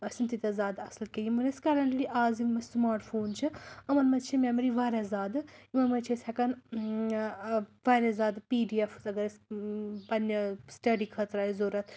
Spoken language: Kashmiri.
ٲسۍ نہٕ تیٖتیٛاہ زیادٕ اَصٕل کیٚنٛہہ یِمن أسۍ کَرنٛٹلی آز یِم اَسہِ سُماٹ فون چھِ یِمَن منٛز چھِ مٮ۪مری واریاہ زیادٕ یِمَن منٛز چھِ أسۍ ہٮ۪کان واریاہ زیادٕ پی ڈی اٮ۪فٕز اَگر اَسہِ پنٛنہِ سٕٹٮ۪ڈی خٲطرٕ آسہِ ضوٚرَتھ